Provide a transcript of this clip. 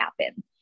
happen